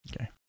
Okay